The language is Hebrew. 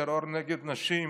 טרור נגד נשים,